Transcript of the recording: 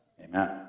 Amen